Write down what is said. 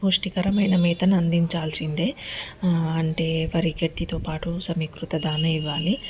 పౌష్టికరమైన మేతను అందించాల్సిందే అంటే వరిగడ్డితో పాటు సమీకృత ధాన ఇవ్వాలి